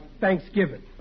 Thanksgiving